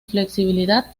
flexibilidad